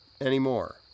anymore